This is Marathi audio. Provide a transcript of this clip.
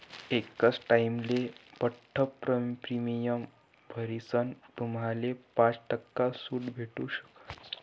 एकच टाइमले बठ्ठ प्रीमियम भरीसन तुम्हाले पाच टक्का सूट भेटू शकस